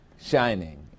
shining